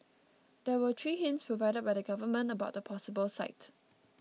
there were three hints provided by the government about the possible site